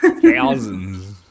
Thousands